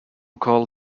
called